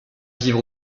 vivre